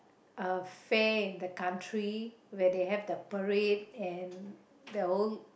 a fair in the country where they have the parade and the whole